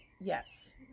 yes